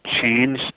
change